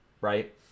right